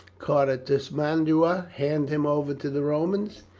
cartismandua, hand him over to the romans?